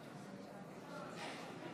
כן,